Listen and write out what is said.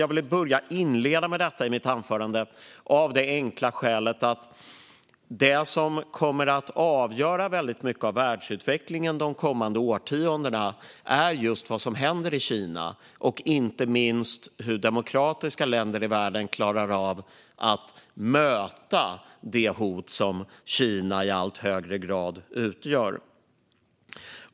Jag ville inleda mitt anförande med detta av det enkla skälet att det som kommer att avgöra mycket att världsutvecklingen de kommande årtiondena är just vad som händer i Kina - och inte minst hur demokratiska länder i världen klarar av att möta det hot som Kina i allt högre grad utgör.